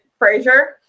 Frazier